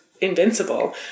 invincible